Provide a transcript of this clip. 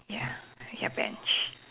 ya ya Bench